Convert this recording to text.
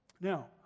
Now